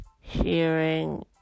hearing